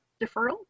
deferral